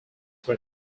were